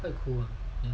oh cool